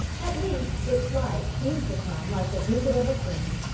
at least, its light seemed to come like the visit of a friend,